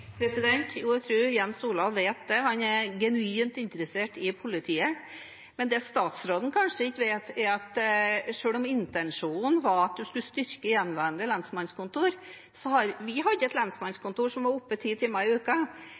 Jo, jeg tror Jens Olav vet det, han er genuint interessert i politiet. Men det statsråden kanskje ikke vet, er at selv om intensjonen var at en skulle styrke gjenværende lensmannskontor – vi har ikke et lensmannskontor som var oppe